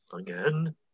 again